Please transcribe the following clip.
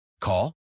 Call